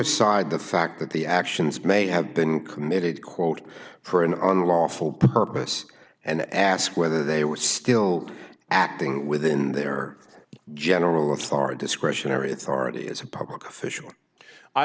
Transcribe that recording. the fact that the actions may have been committed quote for an unlawful purpose and ask whether they were still acting within their or general of star discretionary authority as a public official i